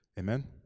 Amen